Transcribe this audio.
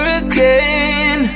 again